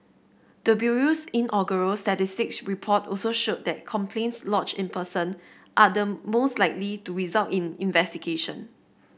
the bureau's inaugural statistics report also showed that complaints lodged in person are the most likely to result in investigation